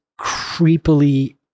creepily